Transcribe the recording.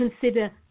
consider